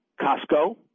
Costco